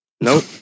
Nope